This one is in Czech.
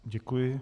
Děkuji.